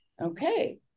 Okay